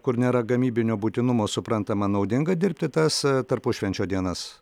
kur nėra gamybinio būtinumo suprantama naudinga dirbti tas tarpušvenčio dienas